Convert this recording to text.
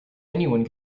anyone